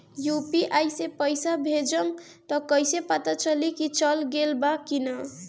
UPI से पइसा भेजम त कइसे पता चलि की चल गेल बा की न?